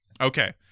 Okay